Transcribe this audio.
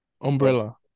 umbrella